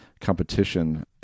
competition